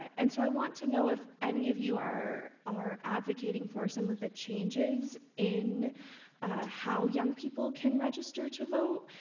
and so i want to know if any of you are are advocating for some of the changes in how young people can register to vote,